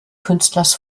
künstlers